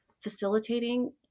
facilitating